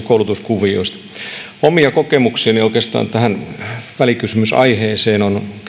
koulutuskuvioista omia kokemuksiani tähän välikysymysaiheeseen on